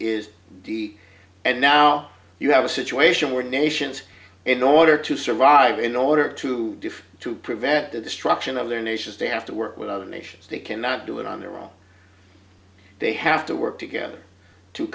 is d and now you have a situation where nations in order to survive in order to defeat to prevent the destruction of their nations they have to work with other nations they cannot do it on their own they have to work together to